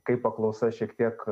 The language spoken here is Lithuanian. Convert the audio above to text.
kai paklausa šiek tiek